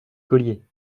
collier